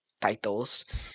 titles